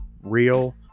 real